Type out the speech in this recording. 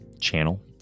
channel